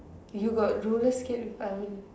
you got roller skate before I mean